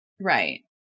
Right